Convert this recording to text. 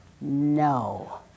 no